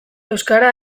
euskara